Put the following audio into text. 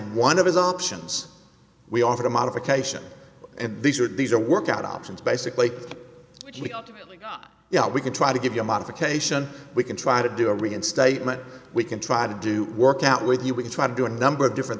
one of his options we offered a modification and these are these are workout options basically yeah we can try to give you a modification we can try to do a reinstatement we can try to do work out with you we try to do a number of different